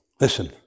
Listen